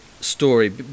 story